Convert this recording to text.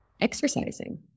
exercising